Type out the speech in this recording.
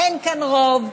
אין כאן רוב,